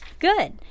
good